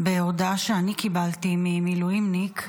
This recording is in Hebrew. -- בהודעה שאני קיבלתי ממילואימניק,